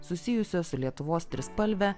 susijusio su lietuvos trispalve